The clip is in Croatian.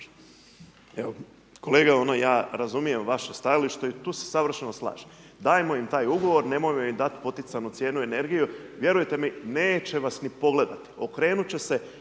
Evo kolega, ja razumijem vaše stajalište i tu se savršeno slažemo, dajemo im taj ugovor, ne moramo im dati poticajnu cijenu energije, vjerujte mi, neće vas niti pogledati, okrenut će se